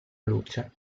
luce